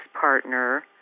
partner